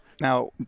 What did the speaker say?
Now